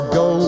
go